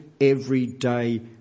everyday